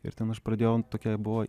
ir ten aš pradėjau tokia buvo